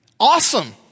Awesome